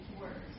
words